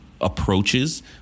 approaches